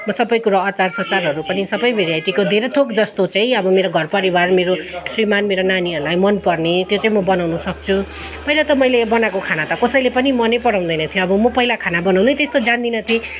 मो सबै कुरो अचार सचारहरू पनि सबै भेराइटीको धेरै थोक जस्तो चाहिँ अब मेरो घर परिवार मेरो श्रीमान मेरो नानीहरूलाई मनपर्ने त्यो चाहिँ म बनाउनु सक्छु पहिला त मैले बनाएको खाना त कसैले पनि मनै पराउँदैन थियो अब म पहिला खाना बनाउनु नै त्यस्तो जान्दिन थिएँ